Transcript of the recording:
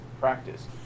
practice